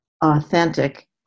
authentic